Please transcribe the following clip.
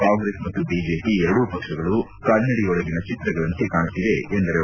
ಕಾಂಗ್ರೆಸ್ ಮತ್ತು ಬಿಜೆಪಿ ಎರಡೂ ಪಕ್ಷಗಳು ಕನ್ನಡಿಯೊಳಗಿನ ಚಿತ್ರಗಳಂತೆ ಕಾಣುತ್ತವೆ ಎಂದರು